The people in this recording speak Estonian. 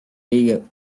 liige